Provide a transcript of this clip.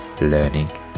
learning